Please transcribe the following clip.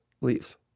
Leaves